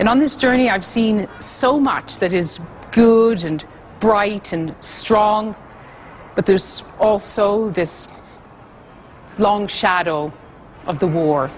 and on this journey i've seen so much that is good and bright and strong but there's also this long shadow of the war